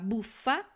Buffa